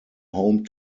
home